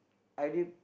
I already